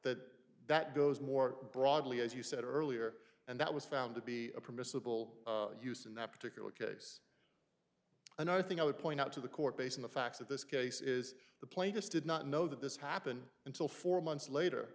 that that goes more broadly as you said earlier and that was found to be a permissible use in that particular case and i think i would point out to the court based on the facts of this case is the plaintiffs did not know that this happened until four months later